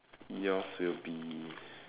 yours will be